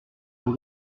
pour